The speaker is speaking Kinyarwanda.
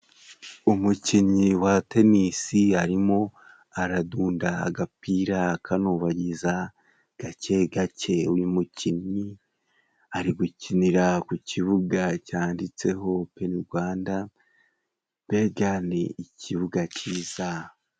Umukinnyi wa tenisi arimo aradunda agapira akanobagiza gake gake, uyu mukinnyi ari gukinira ku kibuga cyanditseho openi Rwanda mbega ni ikibuga cyiza.